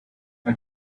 our